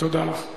תודה לך.